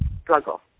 struggle